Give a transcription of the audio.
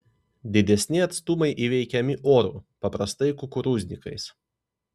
didesni atstumai įveikiami oru paprastai kukurūznikais